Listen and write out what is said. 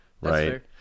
right